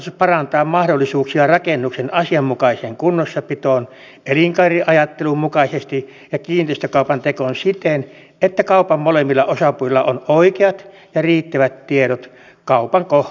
kuntotarkastus parantaa mahdollisuuksia rakennuksen asianmukaiseen kunnossapitoon elinkaariajattelun mukaisesti ja kiinteistökaupan tekoon siten että kaupan molemmilla osapuolilla on oikeat ja riittävät tiedot kaupan kohteen kunnosta